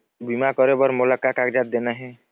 बीमा करे बर मोला का कागजात देना हे?